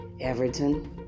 Everton